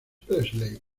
presley